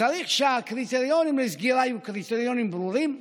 וצריך שהקריטריונים לסגירה יהיו קריטריונים ברורים,